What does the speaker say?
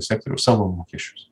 sektoriaus savo mokesčius